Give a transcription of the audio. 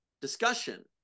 discussion